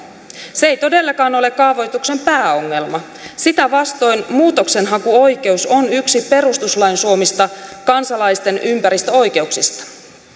se ei todellakaan ole kaavoituksen pääongelma sitä vastoin muutoksenhakuoikeus on yksi perustuslain suomista kansalaisten ympäristöoikeuksista